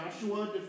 Joshua